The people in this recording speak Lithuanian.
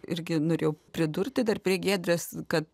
irgi norėjau pridurti dar prie giedrės kad